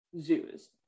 zoos